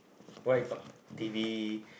what you call T_V